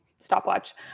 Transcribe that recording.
stopwatch